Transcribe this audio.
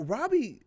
Robbie